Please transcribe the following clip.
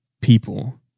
people